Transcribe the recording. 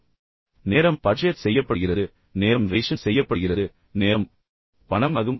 எனவே நேரம் முக்கியம் நேரம் பட்ஜெட் செய்யப்படுகிறது நேரம் ரேஷன் செய்யப்படுகிறது நேரம் பணம் ஆகும்